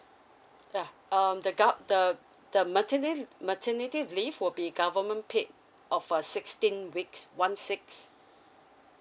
ya um the gov~ the the maternity maternity leave will be government paid of a sixteen weeks one six